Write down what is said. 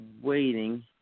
waiting –